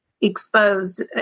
exposed